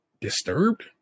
disturbed